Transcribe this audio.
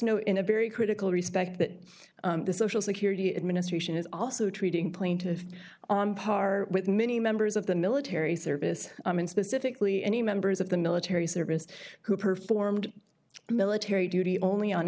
know in a very critical respect that the social security administration is also treating plaintiffs on par with many members of the military service i mean specifically any members of the military service who performed military duty only on